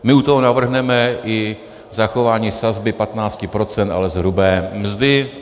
My u toho navrhneme i zachování sazby 15 %, ale z hrubé mzdy.